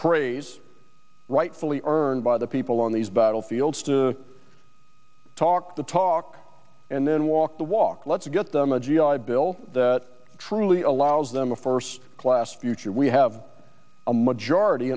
praise rightfully earned by the people on the battlefield talk the talk and then walk the walk let's get them a g i bill that truly allows them a first class future we have a majority